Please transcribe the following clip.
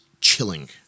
chilling